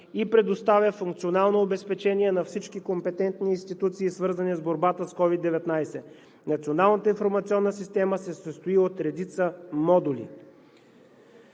и предоставя функционално обезпечение на всички компетентни институции, свързани с борбата с COVID-19. Националната информационна система се състои от редица модули.